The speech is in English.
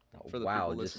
Wow